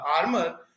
armor